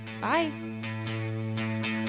Bye